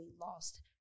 lost